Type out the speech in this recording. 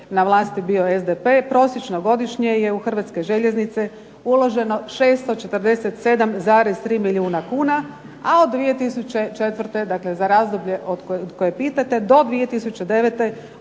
na vlasti bio SDP prosječno godišnje je u Hrvatske željeznice uloženo 647,3 milijuna kuna, a od 2004. za razdoblje o kojem pitate do 2009.